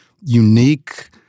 unique